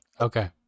okay